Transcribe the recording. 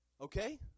Okay